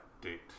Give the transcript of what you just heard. date